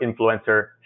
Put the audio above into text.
influencer